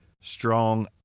strong